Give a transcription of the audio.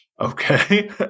Okay